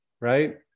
right